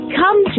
come